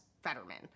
Fetterman